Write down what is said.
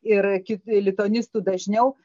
ir ki lituanistų dažniau